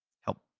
help